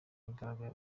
yagaragaye